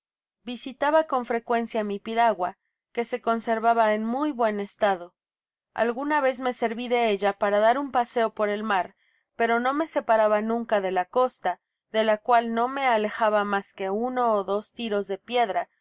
visitaba con frecuencia mi piragua que se conservaba en muy buen estado alguna vez me servi de ella para dar un paseo por el mar pero no me separaba nunca de la costa de la cual no me alejaba mas que uno ó dos tiros de piedra